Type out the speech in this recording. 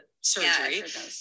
surgery